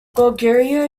goguryeo